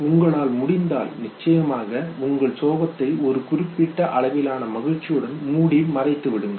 உங்களால் முடிந்தால் நிச்சயமாக உங்கள் சோகத்தை ஒரு குறிப்பிட்ட அளவிலான மகிழ்ச்சியுடன் மூடி மறைத்து விடுங்கள்